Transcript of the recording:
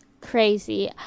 crazy